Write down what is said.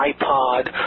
iPod